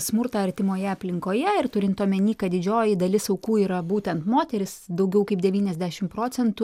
smurtą artimoje aplinkoje ir turint omeny kad didžioji dalis aukų yra būtent moterys daugiau kaip devyniasdešimt procentų